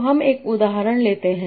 तो हम एक उदाहरण लेते हैं